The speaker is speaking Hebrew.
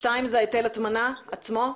דבר שני הוא היטל ההטמנה עצמו?